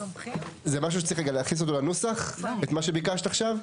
זה משהו שצריך להכניס אותו לנוסח את מה שביקשת עכשיו?